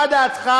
מה דעתך?